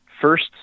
first